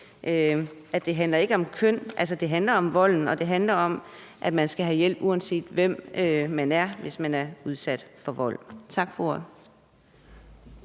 ikke handler om køn. Det handler om volden, og det handler om, at man skal have hjælp, uanset hvem man er, hvis man er udsat for vold. Tak for ordet.